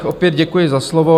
Opět děkuji za slovo.